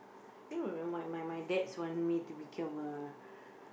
you know my my my dad want me to become a